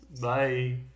Bye